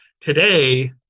today